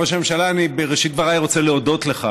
ראש הממשלה, אני בראשית דבריי רוצה להודות לך,